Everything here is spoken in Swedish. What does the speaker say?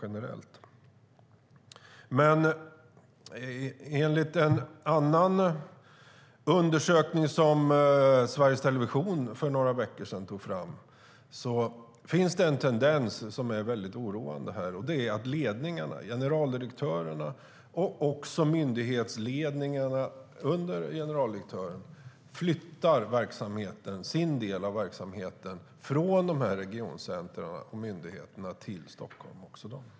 Enligt en annan undersökning som Sveriges Television tog fram för några veckor sedan finns det en oroande tendens, nämligen att generaldirektörerna och myndighetsledningarna under generaldirektörerna flyttar sina delar av verksamheten från dessa myndigheter och regioncentrum till Stockholm.